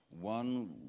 One